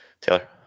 Taylor